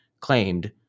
claimed